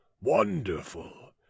wonderful